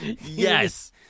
Yes